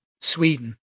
Sweden